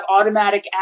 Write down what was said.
automatic